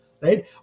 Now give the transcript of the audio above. right